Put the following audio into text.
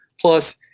plus